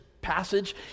passage